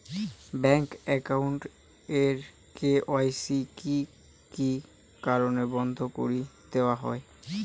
Bank account এর KYC কি কি কারণে বন্ধ করি দেওয়া হয়?